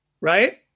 Right